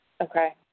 Okay